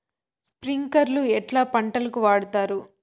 స్ప్రింక్లర్లు ఎట్లా పంటలకు వాడుతారు?